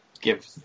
give